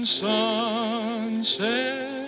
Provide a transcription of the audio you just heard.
sunset